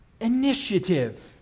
initiative